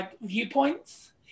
viewpoints